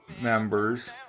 members